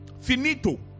Finito